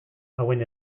hauen